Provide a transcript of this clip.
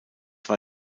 war